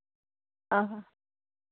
ᱚᱸᱻ ᱦᱚᱸ